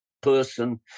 person